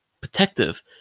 protective